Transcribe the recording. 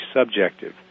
subjective